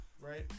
right